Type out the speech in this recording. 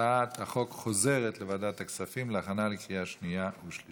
ההצעה להעביר את הצעת חוק הצעת חוק מיסוי מקרקעין (שבח ורכישה)